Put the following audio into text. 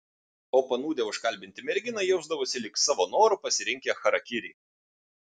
o panūdę užkalbinti merginą jausdavosi lyg savo noru pasirinkę charakirį